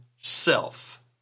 self